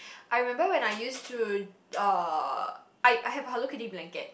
I remember when I use to uh I I have a Hello Kitty blanket